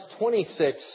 26